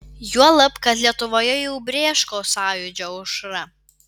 juolab kad lietuvoje jau brėško sąjūdžio aušra